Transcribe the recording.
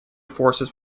forces